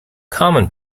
common